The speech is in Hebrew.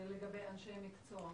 לגבי אנשי מקצוע.